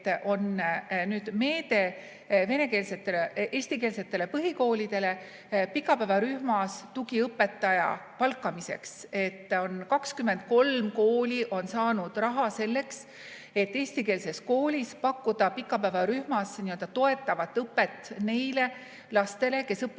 lastele eestikeelsete põhikoolide pikapäevarühmas tugiõpetaja palkamiseks. 23 kooli on saanud raha selleks, et eestikeelses koolis pakkuda pikapäevarühmas n-ö toetavat õpet neile lastele, kes õpivad